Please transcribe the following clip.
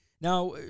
Now